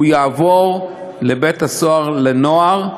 הוא יעבור לבית-הסוהר לנוער,